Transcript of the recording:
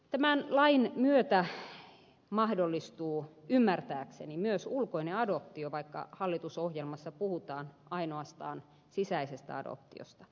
tämän lain myötä mahdollistuu ymmärtääkseni myös ulkoinen adoptio vaikka hallitusohjelmassa puhutaan ainoastaan sisäisestä adoptiosta